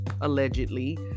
allegedly